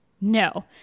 No